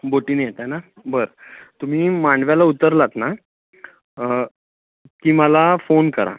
बोटीने येत आहे ना बरं तुम्ही मांडव्याला उतरलात ना की मला फोन करा